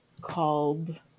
called